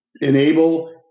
enable